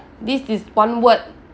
this is one word